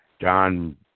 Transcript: John